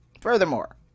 Furthermore